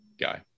guy